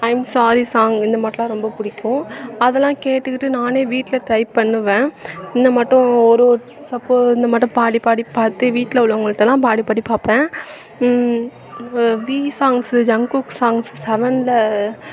ஐயம் sorry song இந்த மாட்லாம் ரொம்ப பிடிக்கும் அதெல்லாம் கேட்டுக்கிட்டு நானே வீட்டில் ட்ரை பண்ணுவேன் இந்த மாட்டம் ஒரு சப்போ இந்த மாட்டம் பாடி பாடி பார்த்து வீட்டில் உள்ளவங்கள்ட்டலாம் பாடி பாடி பார்ப்பேன் வீ சாங்க்ஸு ஜங்குக் சாங்க்ஸு செவன்ல